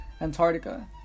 antarctica